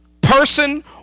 person